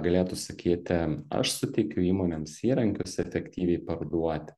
galėtų sakyti aš suteikiu įmonėms įrankius efektyviai parduoti